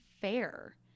fair